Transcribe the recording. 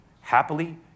happily